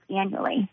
annually